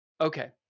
Okay